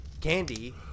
candy